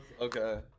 Okay